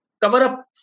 cover-up